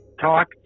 talk